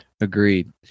Agreed